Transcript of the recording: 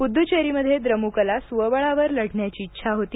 पुदुच्चेरीमध्ये द्रमुकला स्वबळावर लढण्याची इच्छा होती